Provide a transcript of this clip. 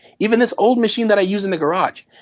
even this old machine that i use in the garage,